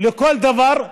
לכל דבר.